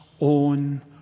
own